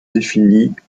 définis